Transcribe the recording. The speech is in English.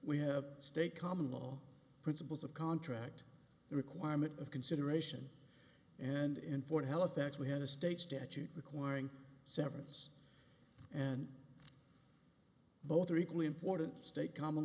we have state common law principles of contract requirement of consideration and in for health act we had a state statute requiring severance and both are equally important state common